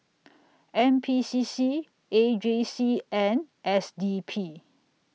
N P C C A J C and S D P